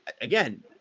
again